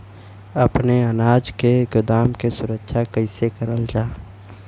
अपने अनाज के गोदाम क सुरक्षा कइसे करल जा?